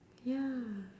ya